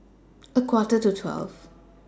A Quarter to twelve